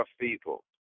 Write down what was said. people